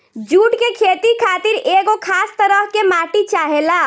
जुट के खेती खातिर एगो खास तरह के माटी चाहेला